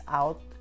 out